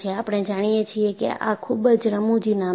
આપણે જાણીએ છીએ કે આ ખૂબ જ રમુજી નામ છે